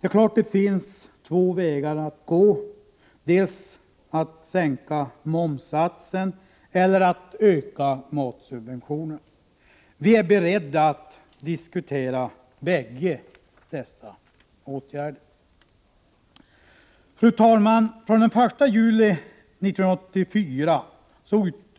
Det är klart att det finns två vägar att gå, antingen att sänka momssatsen eller att öka matsubventionerna. Vi är beredda att diskutera bägge dessa åtgärder. Fru talman! fr.o.m. den 1 juli 1984